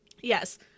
yes